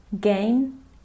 Gain